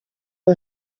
aba